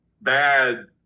bad